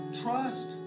trust